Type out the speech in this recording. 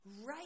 right